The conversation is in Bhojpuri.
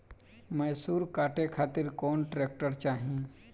मैसूर काटे खातिर कौन ट्रैक्टर चाहीं?